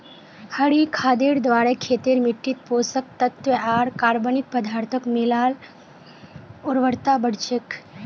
हरी खादेर द्वारे खेतेर मिट्टित पोषक तत्त्व आर कार्बनिक पदार्थक मिला ल उर्वरता बढ़ छेक